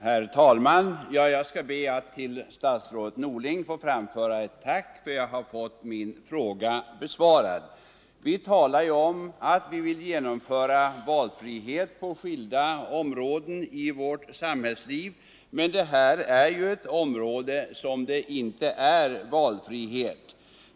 Herr talman! Jag skall be att till herr statsrådet Norling få framföra ett tack för att jag har fått min fråga besvarad. Vi talar ju om att vi vill genomföra valfrihet på skilda områden i vårt samhällsliv. Men det här är ett område där det inte finns valfrihet.